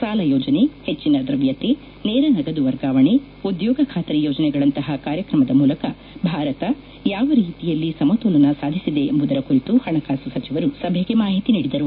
ಸಾಲ ಯೋಜನೆ ಹೆಚ್ಚಿನ ದ್ರವ್ಯತೆ ನೇರ ನಗದು ವರ್ಗಾವಣೆ ಉದ್ಯೋಗ ಖಾತ್ರಿ ಯೋಜನೆಗಳಂತಹ ಕಾರ್ಯಕ್ರಮದ ಮೂಲಕ ಭಾರತ ಯಾವ ರೀತಿಯಲ್ಲಿ ಸಮತೋಲನ ಸಾಧಿಸಿದೆ ಎಂಬುದರ ಕುರಿತು ಹಣಕಾಸು ಸಚಿವರು ಸಭೆಗೆ ಮಾಹಿತಿ ನೀಡಿದರು